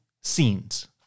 scenes